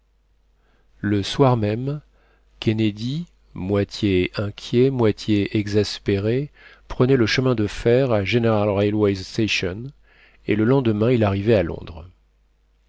le soir même kennedy moitié inquiet moitié exaspéré prenait le chemin de fer à general railway station et le lendemain il arrivait à londres